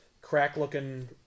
crack-looking